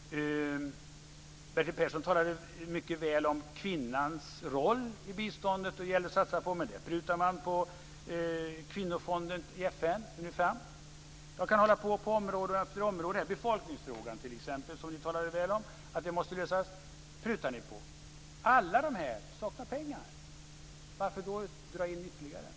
Bertil Persson talade mycket väl om kvinnans roll inom biståndet och att det gäller att satsa där, men moderaterna prutar på kvinnofonden i FN. De pratar om att befolkningsfrågan måste lösas, men där skär de också ned. Jag kan fortsätta med område efter område. Alla dessa saknar pengar. Varför drar moderaterna då in ytterligare?